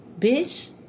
bitch